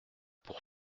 pour